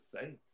Saints